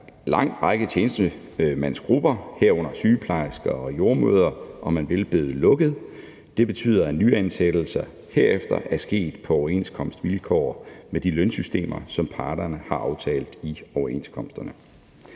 er en lang række tjenestemandsgrupper, herunder sygeplejersker og jordemødre, om man vil, blevet lukket. Det betyder, at nyansættelser herefter er sket på overenskomstvilkår med de lønsystemer, som parterne har aftalt i overenskomsterne.